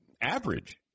average